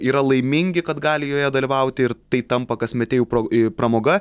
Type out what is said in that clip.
yra laimingi kad gali joje dalyvauti ir tai tampa kasmete jau pra pramoga